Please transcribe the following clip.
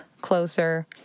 closer